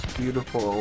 beautiful